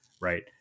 right